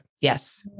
yes